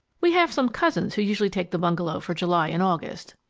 we have some cousins who usually take the bungalow for july and august.